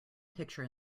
picture